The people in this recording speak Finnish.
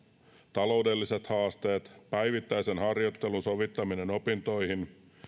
taloudelliset haasteet päivittäisen harjoittelun sovittaminen opintoihin